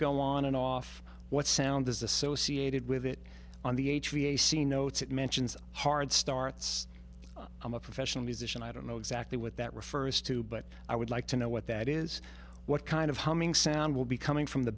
go on and off what sound is associated with it on the h v a c notes it mentions hard starts i'm a professional musician i don't know exactly what that refers to but i would like to know what that is what kind of humming sound will be coming from the